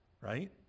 right